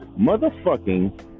motherfucking